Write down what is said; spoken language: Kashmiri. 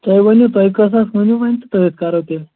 تُہۍ ؤنِو تُہۍ کۭژاہ ؤنِو وۄنۍ تٔتھۍ کَرو کینٛہہ